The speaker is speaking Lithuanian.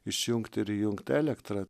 išjungt ir įjungt elektrą